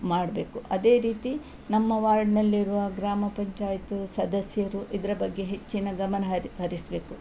ಮಾಡಬೇಕು ಅದೇ ರೀತಿ ನಮ್ಮ ವಾರ್ಡಿನಲ್ಲಿರುವ ಗ್ರಾಮ ಪಂಚಾಯತ್ ಸದಸ್ಯರು ಇದರ ಬಗ್ಗೆ ಹೆಚ್ಚಿನ ಗಮನ ಹರಿ ಹರಿಸಬೇಕು